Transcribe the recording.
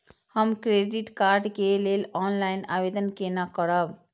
हम credit card के लेल ऑनलाइन आवेदन केना करब?